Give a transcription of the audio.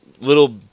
Little